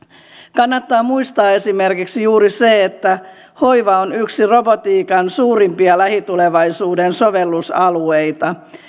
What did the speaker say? kannattaa muistaa esimerkiksi juuri se että hoiva on yksi robotiikan suurimpia lähitulevaisuuden sovellusalueita